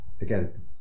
again